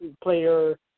player